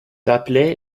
appelé